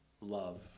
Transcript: love